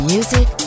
Music